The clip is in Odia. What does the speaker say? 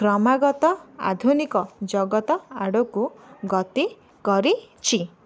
କ୍ରମାଗତ ଆଧୁନିକ ଜଗତ ଆଡ଼କୁ ଗତି କରିଛି